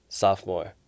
sophomore